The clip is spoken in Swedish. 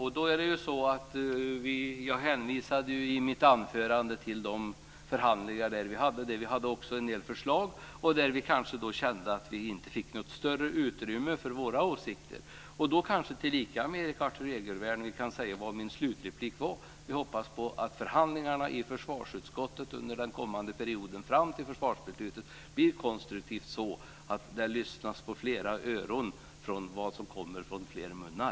Herr talman! Jag hänvisade i mitt anförande till de förhandlingar som vi har haft, där vi från vår sida hade en del förslag. Vi kände då att vi inte fick något större utrymme för våra åsikter. Jag kanske till Erik Arthur Egervärn som slutreplik kan säga: Vi hoppas att förhandlingarna i försvarsutskottet under den kommande perioden fram till försvarsbeslutet blir konstruktiva, så att flera öron kommer att lyssna på ord från flera munnar.